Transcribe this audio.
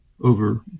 Over